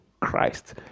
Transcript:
Christ